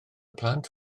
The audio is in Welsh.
plant